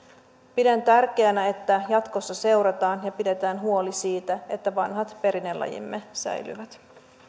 pidän tärkeänä että jatkossa tätä seurataan ja pidetään huoli siitä että vanhat perinnelajimme säilyvät